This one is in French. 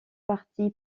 parti